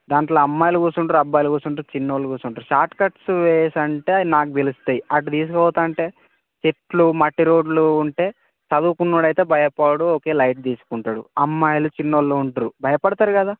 దాంట్లో అమ్మాయిలు కుసుంట్రు అబ్బాయిలు కుసుంట్రు చిన్న వాళ్ళు కుసుంట్రు షార్ట్ కట్స్ వేసి అంటే నాకు తెలుస్తాయి అటు తీసుకోపోతాను అంటే చెట్లు మట్టి రోడ్లు ఉంటే చదువుకున్నవాడు అయితే భయపడడు ఓకే లైట్ తీసుకుంటుడు అమ్మాయిలు చిన్నవాళ్ళు ఉంట్రు భయపడతారు కదా